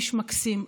איש מקסים,